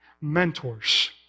Mentors